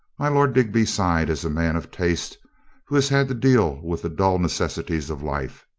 my lord digby sighed as a man of taste who has had to deal with the dull necessities of life,